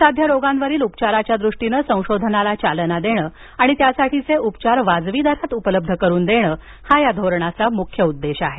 असाध्य रोगांवरील उपचाराच्या दृष्टीनं संशोधनाला चालना देणं आणि त्यासाठीचे उपचार वाजवी दरात उपलब्ध करून देणं हा या धोरणाचा मुख्य उद्देश आहे